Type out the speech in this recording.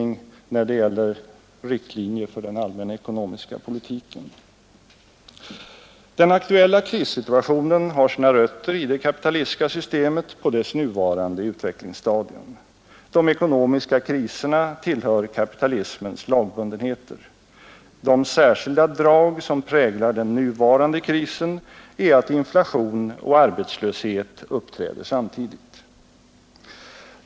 ”Den aktuella krissituationen har sina rötter i det kapitalistiska systemet på dess nuvarande utvecklingsstadium. De ekonomiska kriserna tillhör kapitalismens lagbundenheter. De särskilda drag som präglar den nuvarande krisen är att inflation och arbetslöshet uppträder samtidigt.